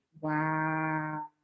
wow